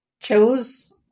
chose